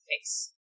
face